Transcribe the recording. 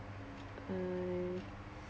uh